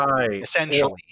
essentially